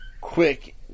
quick